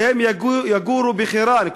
שהם יגורו בחירן,